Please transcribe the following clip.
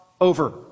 over